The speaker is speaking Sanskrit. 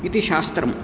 इति शास्त्रं